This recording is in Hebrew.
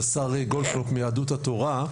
לשר גולדקנופף מיהדות התורה,